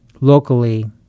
locally